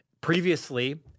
previously